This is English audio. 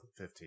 2015